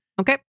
Okay